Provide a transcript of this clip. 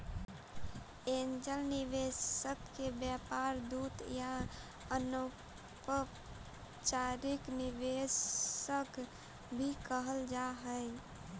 angel निवेशक के व्यापार दूत या अनौपचारिक निवेशक भी कहल जा हई